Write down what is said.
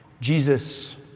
Jesus